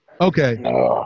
Okay